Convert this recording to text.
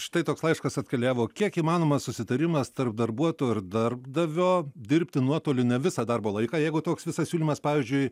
štai toks laiškas atkeliavo kiek įmanomas susitarimas tarp darbuotojo ir darbdavio dirbti nuotoliu ne visą darbo laiką jeigu toks visas siūlymas pavyzdžiui